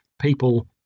people